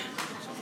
הכנסת, נא לשבת.